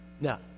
Now